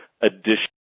additional